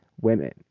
women